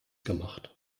gemacht